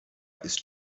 ist